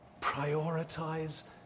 Prioritize